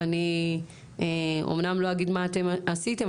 ואני אמנם לא אגיד מה אתם עשיתם,